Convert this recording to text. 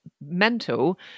mental